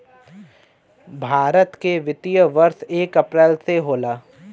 भारत के वित्तीय वर्ष एक अप्रैल से होला